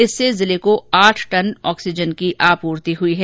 इससे जिले को आठ टन ऑक्सीजन की आपूर्ति हुई है